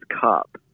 cup